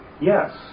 Yes